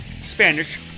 Spanish